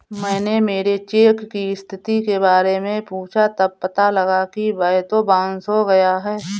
मैंने मेरे चेक की स्थिति के बारे में पूछा तब पता लगा कि वह तो बाउंस हो गया है